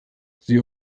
sie